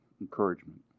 encouragement